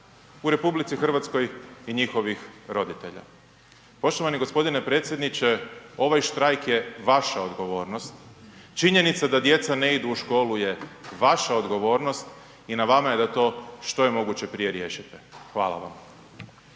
učenika u RH i njihovih roditelja. Poštovani gospodine predsjedniče, ovaj štrajk je vaša odgovornost. Činjenica da djeca ne idu u školu je vaša odgovornost i na vama je da to što je moguće prije riješite. Hvala vam.